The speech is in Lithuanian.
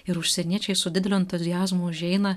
ir užsieniečiai su dideliu entuziazmu užeina